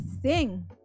sing